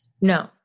No